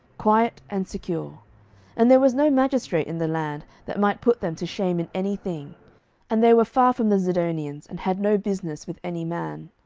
quiet and secure and there was no magistrate in the land, that might put them to shame in any thing and they were far from the zidonians, and had no business with any man.